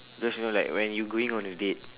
just you know like when you going on a date